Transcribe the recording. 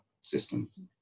systems